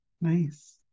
Nice